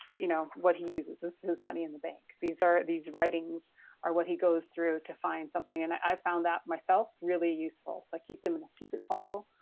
you know, what he uses. this is his money in the bank. these are, these writings are what he goes through to find something and i found that myself really useful. so i keep them in a secret file,